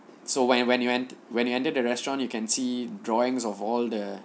so when when when when you entered the restaurant you can see drawings of all the